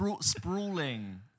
Sprawling